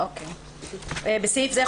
"(ז)בסעיף זה,